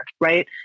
Right